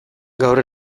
gaur